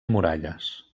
muralles